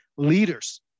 leaders